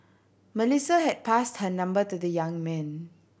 Melissa had passed her number to the young man